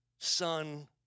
son